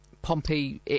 Pompey